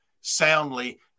soundly